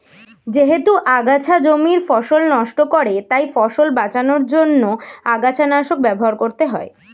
যেহেতু আগাছা জমির ফসল নষ্ট করে তাই ফসল বাঁচানোর জন্য আগাছানাশক ব্যবহার করতে হয়